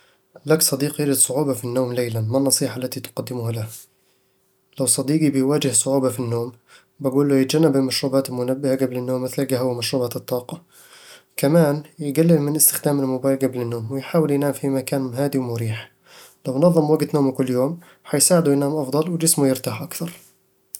لك صديق يجد صعوبة في النوم ليلًا. ما النصيحة التي تقدمها له؟ لو صديقي بيواجه صعوبة في النوم، بقول له يتجنب المشروبات المنبهة قبل النوم مثل القهوة ومشروبات الطاقة كمان يقلل من استخدام الموبايل قبل النوم، ويحاول ينام في مكان هادي ومريح لو نظم وقت نومه كل يوم، حيساعده ينام أفضل وجسمه يرتاح أكثر